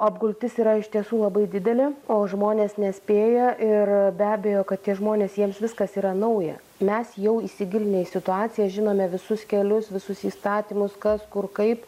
apgultis yra iš tiesų labai didelė o žmonės nespėja ir be abejo kad tie žmonės jiems viskas yra nauja mes jau įsigilinę į situaciją žinome visus kelius visus įstatymus kas kur kaip